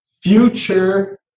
future